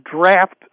draft